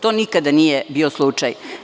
To nikada nije bio slučaj.